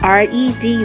red